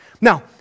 Now